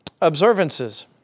observances